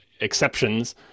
exceptions